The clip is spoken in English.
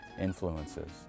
influences